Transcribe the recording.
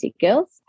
girls